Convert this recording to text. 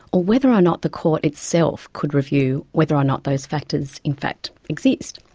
whether or not the court itself could review whether or not those factors in fact exist.